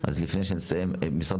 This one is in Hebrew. לפני שנסיים, משרד